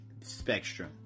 spectrum